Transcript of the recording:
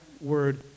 word